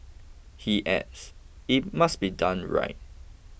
he adds it must be done right